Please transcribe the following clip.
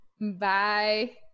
Bye